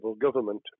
government